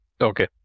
Okay